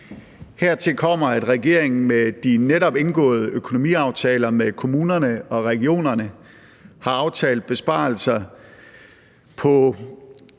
Hertil kommer, at regeringen med den netop indgåede økonomiaftale med kommunerne og regionerne har aftalt besparelser på